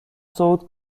صعود